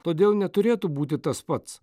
todėl neturėtų būti tas pats